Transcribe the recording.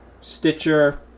stitcher